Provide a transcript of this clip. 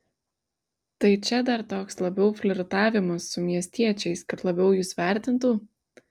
tai čia dar toks labiau flirtavimas su miestiečiais kad labiau jus vertintų